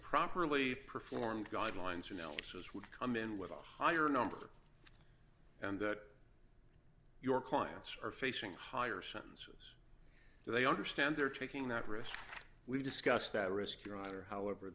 properly performed guidelines analysis would come in with a higher number and that your clients are facing higher sentences so they understand they're taking that risk we discussed that risk your honor however